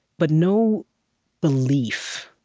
but no belief.